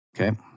Okay